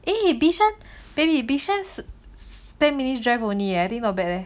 eh bishan baby bishan ten minutes drive only I think not bad leh